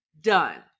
done